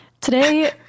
today